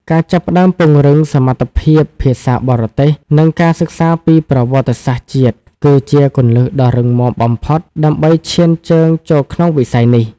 ការចាប់ផ្តើមពង្រឹងសមត្ថភាពភាសាបរទេស និងការសិក្សាពីប្រវត្តិសាស្ត្រជាតិ គឺជាគ្រឹះដ៏រឹងមាំបំផុតដើម្បីឈានជើងចូលក្នុងវិស័យនេះ។